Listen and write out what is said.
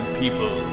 people